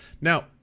Now